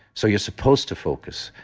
so you're supposed to focus,